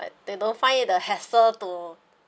but they don't find it the hassle to